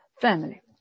family